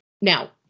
now